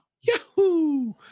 Yahoo